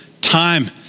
time